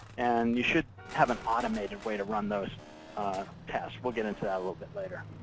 and you should have an automated way to run those tasks. we'll get into that a little bit later.